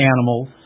animals